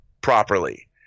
properly